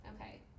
Okay